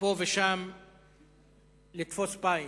פה ושם לתפוס בית,